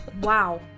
wow